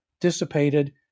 dissipated